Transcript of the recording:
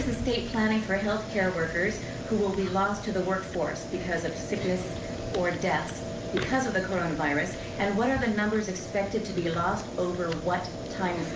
planning for healthcare workers who will be lost to the workforce because of sickness or deaths because of the coronavirus? and what are the numbers expected to be lost over what time